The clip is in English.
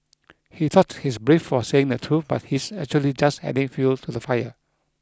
he thought he's brave for saying the truth but he's actually just adding fuel to the fire